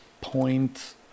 point